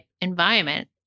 environment